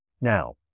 Now